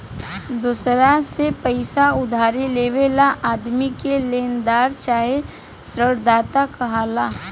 दोसरा से पईसा उधारी लेवे वाला आदमी के लेनदार चाहे ऋणदाता कहाला